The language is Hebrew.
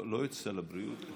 לא את סל הבריאות.